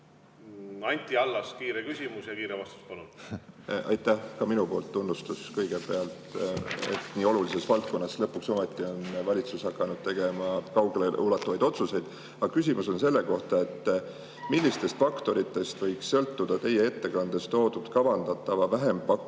Anti Allas, kiire küsimus. Ja kiire vastus, palun! Aitäh! Tunnustus kõigepealt, et nii olulises valdkonnas lõpuks ometi on valitsus hakanud tegema kaugeleulatuvaid otsuseid. Aga küsimus on selle kohta, millistest faktoritest võiks sõltuda teie ettekandes toodud kavandatava vähempakkumise